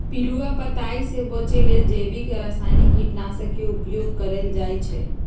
पिलुआ पताइ से बचे लेल जैविक आ रसायनिक कीटनाशक के उपयोग कएल जाइ छै